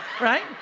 Right